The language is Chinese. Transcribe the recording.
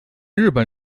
日本